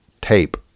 tape